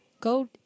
go